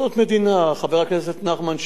חבר הכנסת נחמן שי,